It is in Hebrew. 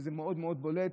שזה מאוד מאוד בולט,